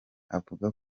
avuga